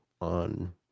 on